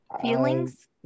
feelings